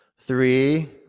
Three